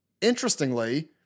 interestingly